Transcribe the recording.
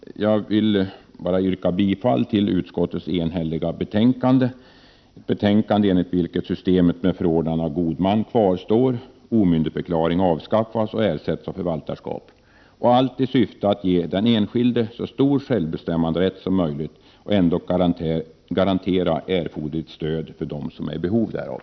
Jag yrkar bifall till hemställan i lagutskottets enhälliga betänkande. Enligt betänkandet kvarstår systemet med förordnande av god man, omyndigförklaring avskaffas och ersätts av förvaltarskap. Detta görs i syfte att ge den enskilde så stor självbestämmanderätt som möjligt, men skall ändock garantera erforderligt stöd för dem som är i behov därav.